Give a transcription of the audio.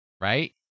Right